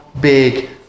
big